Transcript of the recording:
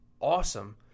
awesome